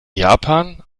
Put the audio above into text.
japan